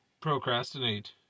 Procrastinate